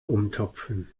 umtopfen